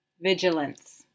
Vigilance